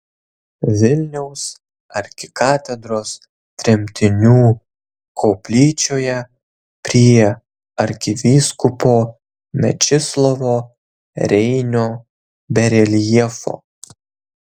vilniaus arkikatedros tremtinių koplyčioje prie arkivyskupo mečislovo reinio bareljefo